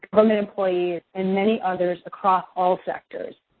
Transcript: government employees, and many other across all sectors.